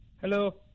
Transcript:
Hello